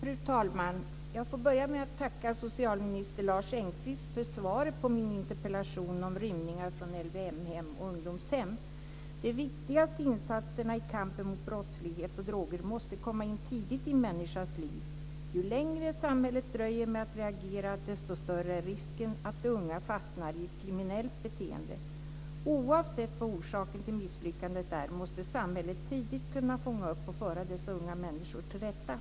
Fru talman! Jag får börja med att tacka socialminister Lars Engqvist för svaret på min interpellation om rymningar från LVM-hem och ungdomshem. De viktigaste insatserna i kampen mot brottslighet och droger måste komma in tidigt i en människas liv. Ju längre samhället dröjer med att reagera, desto större är risken att de unga fastnar i kriminellt beteende. Oavsett vad orsaken till misslyckandet är måste samhället tidigt kunna fånga upp och föra dessa unga människor till rätta.